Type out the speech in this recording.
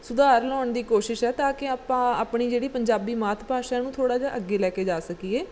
ਸੁਧਾਰ ਲਿਆਉਣ ਦੀ ਕੋਸ਼ਿਸ਼ ਹੈ ਤਾਂ ਕਿ ਆਪਾਂ ਆਪਣੀ ਜਿਹੜੀ ਪੰਜਾਬੀ ਮਾਤ ਭਾਸ਼ਾ ਉਹਨੂੰ ਥੋੜ੍ਹਾ ਜਿਹਾ ਅੱਗੇ ਲੈ ਕੇ ਜਾ ਸਕੀਏ